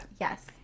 Yes